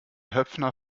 höpfner